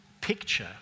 picture